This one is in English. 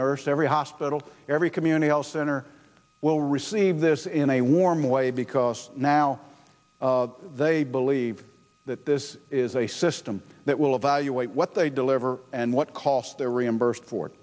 nurse every hospital every community health center will receive this in a warm way because now they believe that this is a system that will evaluate what they deliver and what cost they're reimbursed for